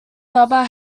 baba